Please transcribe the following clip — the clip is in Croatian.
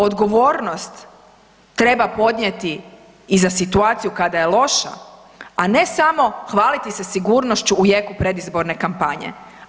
Odgovornost treba podnijeti i za situaciju kada je loša, a ne samo hvaliti se sigurnošću u jeku predizborne kampanje.